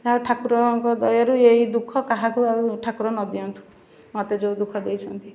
ଯାହା ହେଉ ଠାକୁରଙ୍କ ଦୟାରୁ ଏହି ଦୁଃଖ କାହାକୁ ଆଉ ଠାକୁର ନ ଦିଅନ୍ତୁ ମୋତେ ଯେଉଁ ଦୁଃଖ ଦେଇଛନ୍ତି